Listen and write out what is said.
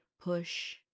push